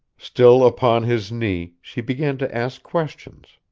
still upon his knee, she began to ask questions.